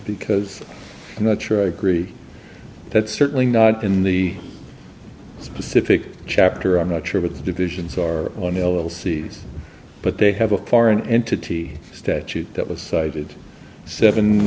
because i'm not sure i agree that certainly not in the specific chapter i'm not sure what the divisions are on the little seas but they have a foreign entity statute that was cited seven